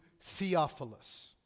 Theophilus